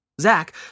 Zach